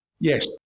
Yes